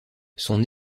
son